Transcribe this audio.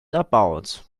about